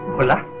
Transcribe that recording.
bhola?